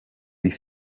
des